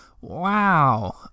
Wow